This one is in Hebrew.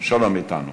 שלום אתנו,